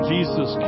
Jesus